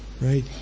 right